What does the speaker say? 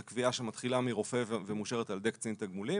זו קביעה שמתחילה מרופא ומאושרת על ידי קצין תגמולים